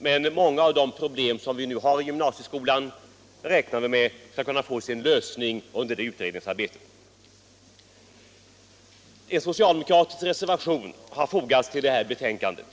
Men många av de problem som vi nu har i gymnasieskolan räknar vi med skall kunna få sin lösning under utredningsarbetet. En socialdemokratisk reservation har fogats till det här betänkandet.